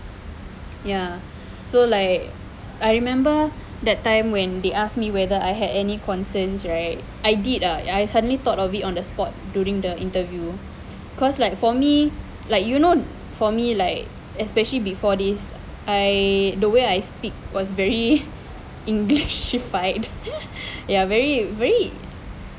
ya so like I remember that time when they asked me whether I had any concerns right I did ah I suddenly thought of it on the spot during the interview cause like for me like you know for me like especially before this I the way I speak was very english she find ya very very